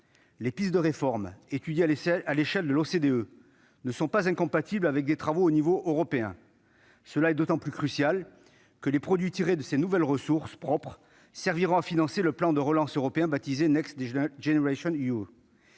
Les pistes de réforme étudiées à l'échelle de l'OCDE ne sont pas incompatibles avec des travaux menés au niveau européen. Ce point est d'autant plus crucial que les produits des nouvelles ressources propres serviront à financer le plan de relance européen. Si des avancées en matière de